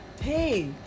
hey